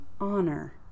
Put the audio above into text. honor